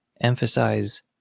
emphasize